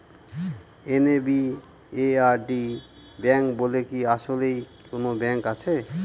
NABARD bank বলে কি আসলেই কোনো ব্যাংক আছে?